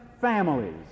families